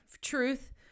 truth